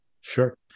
Sure